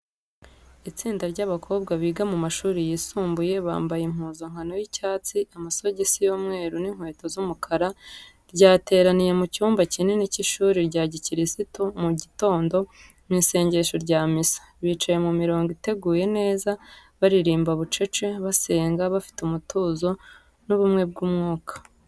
Itsinda ry’abakobwa biga mu mashuri yisumbuye bambaye impuzankano y’icyatsi, amasogisi y’umweru n’inkweto z’umukara, ryateraniye mu cyumba kinini cy’ishuri rya gikirisitu mu gitondo, mu isengesho rya misa. Bicaye mu mirongo iteguye neza, baririmba bucece, basenga bafite umutuzo n’ubumwe bw’umwuka.